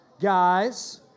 guys